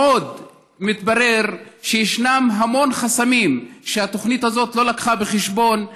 עוד מתברר שישנם המון חסמים שהתוכנית הזאת לא לקחה בחשבון,